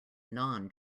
non